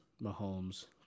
Mahomes